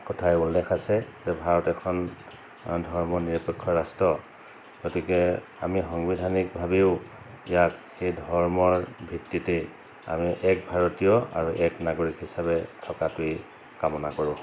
কথাই উল্লেখ আছে যে ভাৰত এখন ধৰ্ম নিৰপক্ষ ৰাষ্ট্ৰ গতিকে আমি সাংবিধানিকভাৱেও ইয়াক সেই ধৰ্মৰ ভিত্তিতেই আমি এক ভাৰতীয় আৰু এক নাগৰিক হিচাপে থকাটোৱেই কামনা কৰোঁ